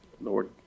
Lord